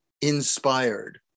inspired